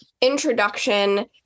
introduction